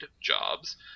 jobs